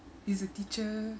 he's a teacher